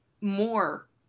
more